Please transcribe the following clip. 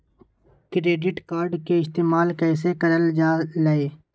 Credit card के इस्तेमाल कईसे करल जा लई?